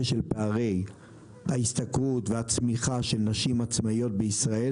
של פערי ההשתכרות והצמיחה של נשים עצמאיות בישראל,